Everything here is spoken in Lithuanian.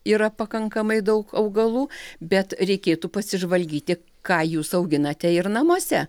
yra pakankamai daug augalų bet reikėtų pasižvalgyti ką jūs auginate ir namuose